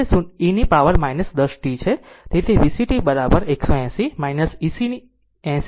તેથી તે e ની પાવર 10 t છે